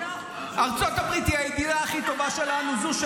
ארצות הברית היא הידידה הכי טובה שלנו --- אתה